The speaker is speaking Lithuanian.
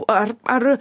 ar ar